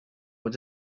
were